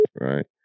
right